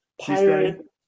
pirate